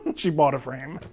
she bought a frame.